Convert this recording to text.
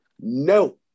No